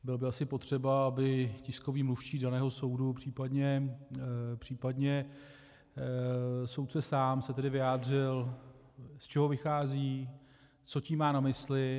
Bylo by asi potřeba, aby tiskový mluvčí daného soudu, případně soudce sám se tedy vyjádřil, z čeho vychází, co tím má na mysli.